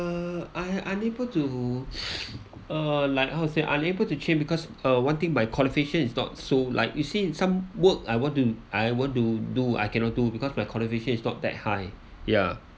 uh I unable to uh like how to say ya unable to change because uh one thing my qualification is not so like you see in some work I want to I want to do I cannot do because my qualification is not that high ya